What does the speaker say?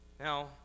Now